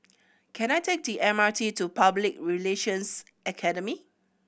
can I take the M R T to Public Relations Academy